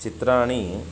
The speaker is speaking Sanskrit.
चित्राणि